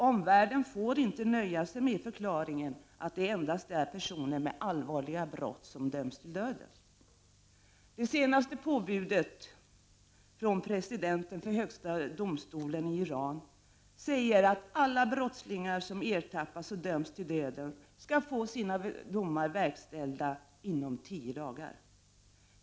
Omvärlden får inte nöja sig med förklaringen att det endast är personer med allvarliga brott som döms till döden. Det senaste påbudet från presidenten för högsta domstolen i Iran säger att alla brottslingar som ertappas och döms till döden skall få sina domar verkställda inom 10 dagar.